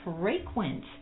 frequent